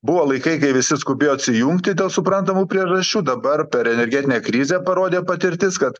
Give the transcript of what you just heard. buvo laikai kai visi skubėjo atsijungti dėl suprantamų priežasčių dabar per energetinę krizę parodė patirtis kad